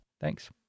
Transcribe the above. Thanks